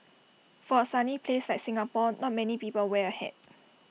for A sunny place like Singapore not many people wear A hat